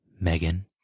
Megan